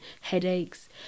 headaches